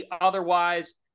Otherwise